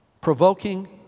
provoking